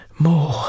More